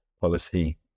policy